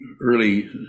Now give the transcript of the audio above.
early